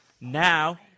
Now